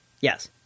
Yes